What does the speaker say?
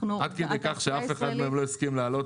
עד כדי כך שאף אחד מהם לא הסכים לעלות